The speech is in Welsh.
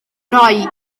rai